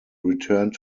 returned